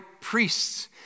priests